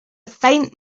faint